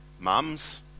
mums